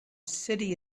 city